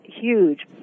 huge